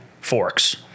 forks